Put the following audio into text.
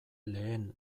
lehen